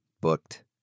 booked